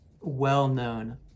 well-known